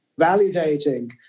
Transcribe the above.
validating